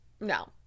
no